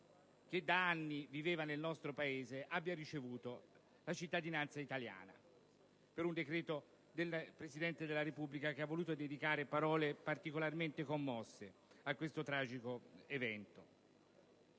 che da anni viveva nel nostro Paese abbia ricevuto la cittadinanza italiana grazie a un decreto del Presidente della Repubblica, che ha voluto dedicare parole particolarmente commosse a questo tragico evento.